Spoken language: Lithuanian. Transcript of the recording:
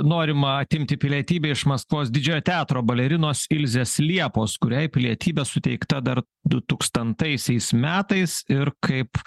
norima atimti pilietybę iš maskvos didžiojo teatro balerinos ilzės liepos kuriai pilietybė suteikta dar du tūkstantaisiais metais ir kaip